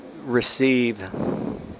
receive